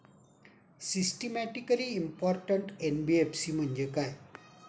Systematically important NBFC म्हणजे काय?